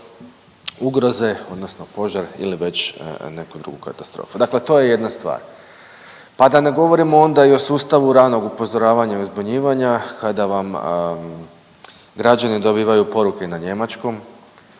ugroze odnosno požar ili već neku drugu katastrofu. Dakle, to je jedna stvar. Pa da ne govorimo onda i o sustavu ranog upozoravanja i uzbunjivanja kada vam građani dobivaju poruke na njemačkom.